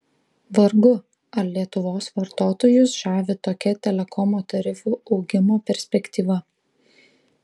vargu ar lietuvos vartotojus žavi tokia telekomo tarifų augimo perspektyva